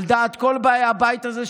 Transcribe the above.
על דעת כל באי הבית הזה,